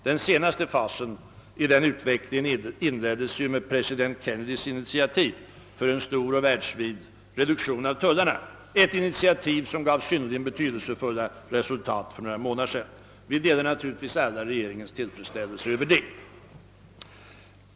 Den senaste fasen i den utvecklingen inleddes ju med president Kennedys initiativ för en stor och världsvid reduktion av tullarna, ett initiativ som gav synnerligen betydelsefulla resultat för några månader sedan. Vi delar naturligtvis alla regeringens tillfredsställelse över detta.